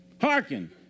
Hearken